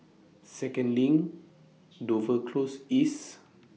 Second LINK Dover Close East